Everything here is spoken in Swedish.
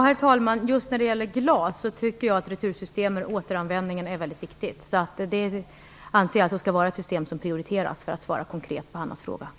Herr talman! Just när det gäller glas tycker jag att retursystem och återanvändning är mycket viktigt. Jag anser alltså att det skall vara ett system som prioriteras, för att svara konkret på Hanna Zetterbergs fråga.